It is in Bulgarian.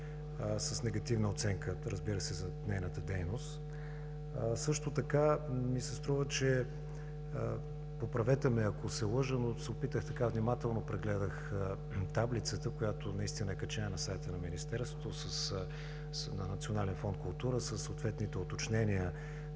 с негативна оценка, разбира се, за нейната дейност. Също така ми се струва, че – поправете ме, ако се лъжа – но се опитах, внимателно прегледах таблицата, която наистина е качена на сайта на Министерството – на Национален фонд „Култура“, със съответните уточнения